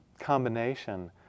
combination